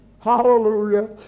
Hallelujah